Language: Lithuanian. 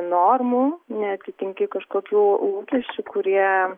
normų neatitinki kažkokių lūkesčių kurie